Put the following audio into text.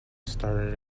started